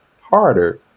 harder